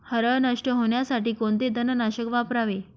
हरळ नष्ट होण्यासाठी कोणते तणनाशक वापरावे?